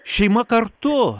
šeima kartu